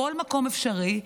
בכל מקום אפשרי,